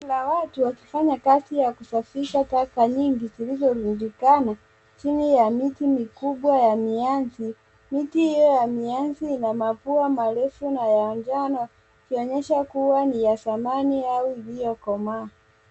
Kuna watu wa kufanya kazi ya kusafisha taka nyingi zilizorundikana chini ya miti mikubwa ya miazi, miti hio ya miazi ina mapua marefu na ya njano ikionyesha kua ni ya samani au uliokomaa.